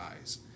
eyes